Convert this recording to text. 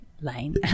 Line